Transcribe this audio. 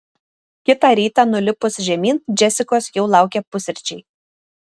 kitą rytą nulipus žemyn džesikos jau laukė pusryčiai